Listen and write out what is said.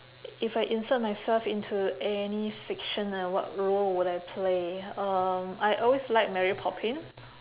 if I insert myself into any fiction ah what role would I play um I always liked mary poppins